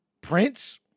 Prince